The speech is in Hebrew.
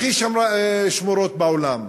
הכי שמורות בעולם?